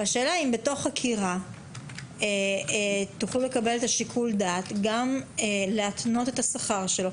והשאלה אם בתוך חקירה תוכלו לקבל את שיקול הדעת גם להתנות את השכר שלו.